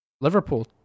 Liverpool